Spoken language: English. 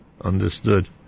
Understood